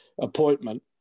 appointment